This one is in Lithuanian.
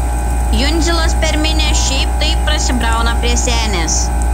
jundzilas per minią šiaip taip prasibrauna prie senės